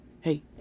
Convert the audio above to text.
Hey